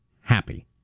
happy